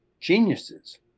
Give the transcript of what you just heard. geniuses